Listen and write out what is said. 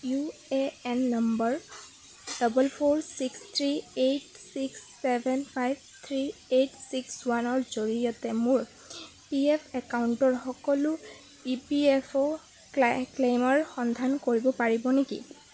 U A N number double four six three eight six seven five three eight six one ৰ জৰিয়তে মোৰ P F একাউণ্টৰ সকলো E P F O ক্লা ক্লেইমৰ সন্ধান কৰিব পাৰিব নেকি